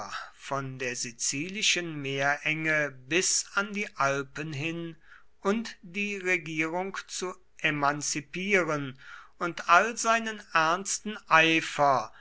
von der sizilischen meerenge bis an die alpen hin und die regierung zu emanzipieren und all seinen ernsten eifer